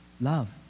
love